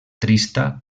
trista